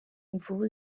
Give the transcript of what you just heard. imvubu